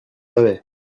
avait